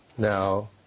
Now